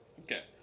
Okay